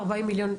ב-41 מליון,